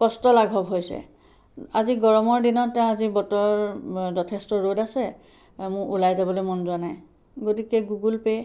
কষ্ট লাঘৱ হৈছে আজি গৰমৰ দিনত আজি বতৰ যথেষ্ট ৰ'দ আছে মোৰ ওলাই যাবলৈ মন যোৱা নাই গতিকে গুগুল পে'